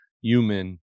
human